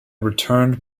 returned